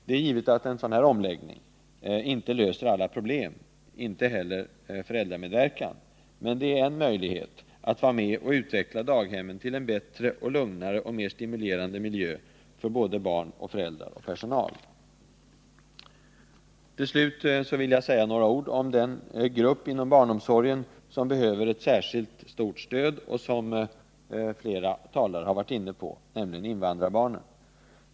Det är givet att en sådan omläggning inte löser alla problem, vilket inte heller en ökad föräldramedverkan gör, men det är en möjlighet att bidra till att utveckla daghemmen till en bättre, lugnare och mer stimulerande miljö för barn, föräldrar och personal. Avslutningsvis vill jag säga några ord om den grupp inom barnomsorgen som behöver särskilt mycket stöd och som flera talare har varit inne på, nämligen invandrarbarnen.